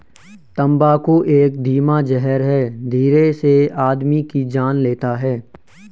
तम्बाकू एक धीमा जहर है धीरे से आदमी की जान लेता है